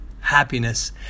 happiness